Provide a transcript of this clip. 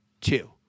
two